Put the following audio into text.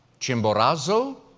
chimborazo,